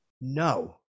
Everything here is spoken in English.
No